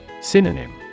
Synonym